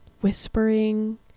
whispering